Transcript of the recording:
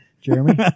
Jeremy